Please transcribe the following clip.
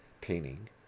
painting